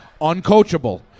uncoachable